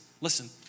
listen